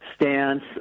stance